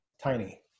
tiny